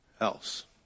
else